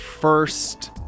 first